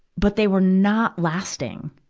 but they were not lasting.